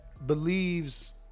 believes